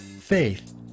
faith